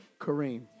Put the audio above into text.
Kareem